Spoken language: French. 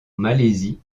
malaisie